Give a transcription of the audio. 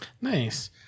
Nice